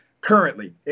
currently